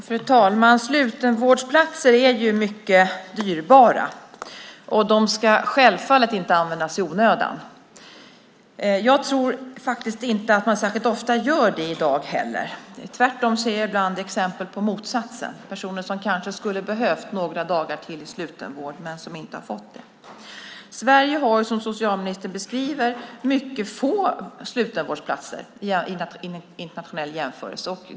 Fru talman! Slutenvårdsplatser är mycket dyra, och de ska självfallet inte användas i onödan. Jag tror inte att man gör det heller särskilt ofta i dag. Tvärtom ser jag ibland exempel på motsatsen; personer som kanske skulle ha behövt några dagar till i slutenvård har inte fått det. Sverige har, som socialministern beskriver, mycket få slutenvårdsplatser i en internationell jämförelse.